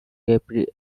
into